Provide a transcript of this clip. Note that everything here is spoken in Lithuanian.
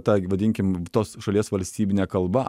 ta vadinkim tos šalies valstybine kalba